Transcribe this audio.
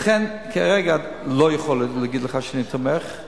ולכן כרגע אני לא יכול להגיד לך שאני תומך,